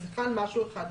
אז כאן משהו אחד.